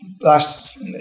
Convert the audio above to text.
last